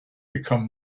become